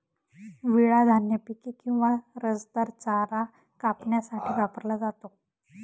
विळा धान्य पिके किंवा रसदार चारा कापण्यासाठी वापरला जातो